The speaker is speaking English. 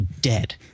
Dead